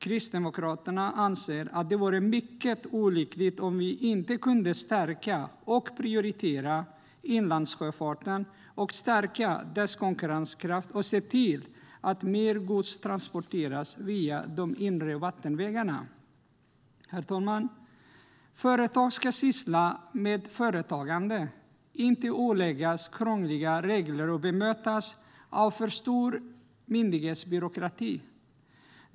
Kristdemokraterna anser att det vore mycket olyckligt om vi inte kunde stärka och prioritera inlandssjöfarten, stärka dess konkurrenskraft och se till att mer gods transporteras via de inre vattenvägarna. Herr talman! Företag ska syssla med företagande, inte åläggas krångliga regler och bemötas av för stor myndighetsbyråkrati.